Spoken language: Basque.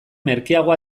merkeago